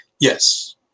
Yes